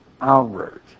outward